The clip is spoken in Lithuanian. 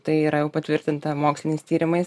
tai yra jau patvirtinta moksliniais tyrimais